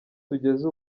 tugeze